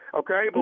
okay